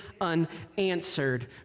unanswered